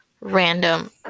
random